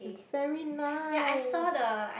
it's very nice